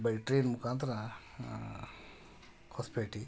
by train ಮುಖಾಂತರ ಹೊಸ್ಪೇಟೆ